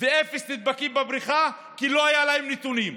ואפס נדבקים בבריכה, כי לא היו להם נתונים.